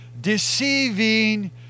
deceiving